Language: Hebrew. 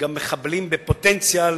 גם מחבלים בפוטנציה,